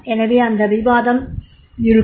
எனவே அந்த விவாதம் இருக்கும்